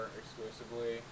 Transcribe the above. exclusively